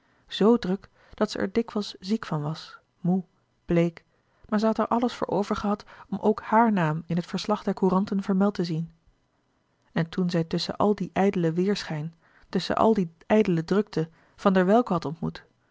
zo druk dat zij er dikwijls ziek van was moê bleek louis couperus de boeken der kleine zielen maar zij had er alles voor over gehad om ook hàar naam in het verslag der couranten vermeld te zien en toen zij tusschen al dien ijdelen weêrschijn tusschen al die ijdele drukte van der welcke had ontmoet